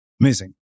Amazing